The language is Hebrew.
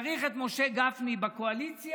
צריך את משה גפני בקואליציה?